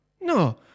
No